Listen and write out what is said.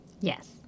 Yes